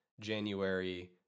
January